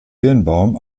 birnbaum